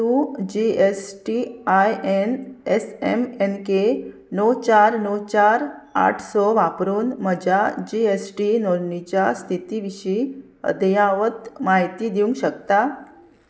तूं G S T I N S M N K णव चार णव चार आठ स वापरून म्हज्या जी एस टी नोंदणीच्या स्थिती विशीं अद्यावत म्हायती दिवंक शकता